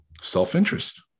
Self-interest